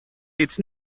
its